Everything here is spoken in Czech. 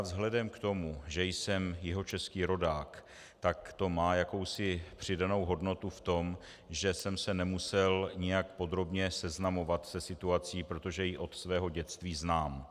Vzhledem k tomu, že jsem jihočeský rodák, tak to má jakousi přidanou hodnotu v tom, že jsem se nemusel nijak podrobně seznamovat se situací, protože ji od svého dětství znám.